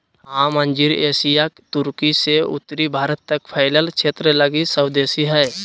आम अंजीर एशियाई तुर्की से उत्तरी भारत तक फैलल क्षेत्र लगी स्वदेशी हइ